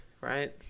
right